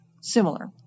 similar